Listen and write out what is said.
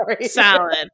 Salad